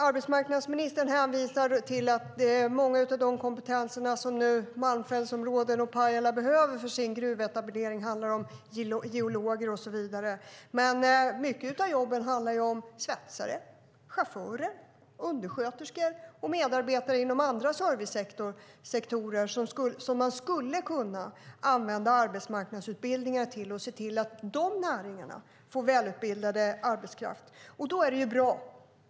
Arbetsmarknadsministern hänvisar till att många av de kompetenser som nu Malmfältsområdena och Pajala behöver för sin gruvetablering är geologer och så vidare. Men mycket av jobben handlar om sådana som svetsare, chaufförer, undersköterskor och medarbetare inom andra servicesektorer som man skulle kunna använda arbetsmarknadsutbildningar till för att se till att dessa näringar får välutbildad arbetskraft.